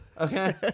Okay